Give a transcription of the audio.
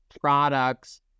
products